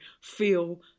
feel